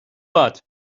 but